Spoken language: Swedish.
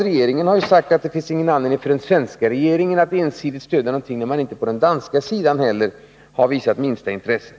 Regeringen har ju sagt att det inte finns anledning för den svenska regeringen att ensidigt stödja ett broprojekt, när man inte från den danska sidan har visat minsta intresse.